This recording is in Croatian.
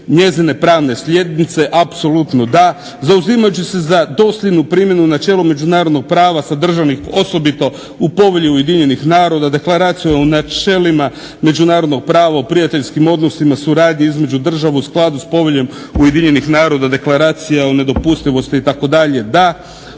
njezine pravne sljednice, apsolutno da, zauzimajući se za dosljednu primjenu načela međunarodnog prava sa državnih, osobito u povelju Ujedinjenih naroda, Deklaracije o načelima, međunarodno pravo, prijateljskim odnosima, suradnje između država u skladu sa Poveljom Ujedinjenih naroda, Deklaracija o nedopustivosti itd. Da.